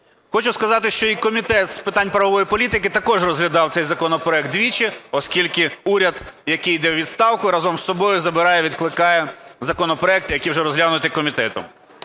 Хочу сказати, що і Комітет з питань правової політики також розглядав цей законопроект двічі, оскільки уряд, який йде у відставку, разом з собою забирає і відкликає законопроекти, які вже розглянуті комітетом.